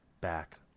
back